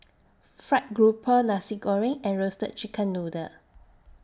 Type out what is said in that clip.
Fried Grouper Nasi Goreng and Roasted Chicken Noodle